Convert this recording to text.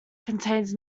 contains